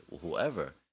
whoever